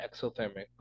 exothermic